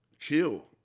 kill